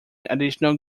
additional